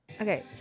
Okay